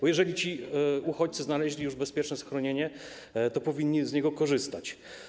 Bo jeżeli ci uchodźcy znaleźli już bezpieczne schronienie, to powinni już z niego korzystać.